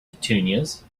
petunias